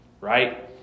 Right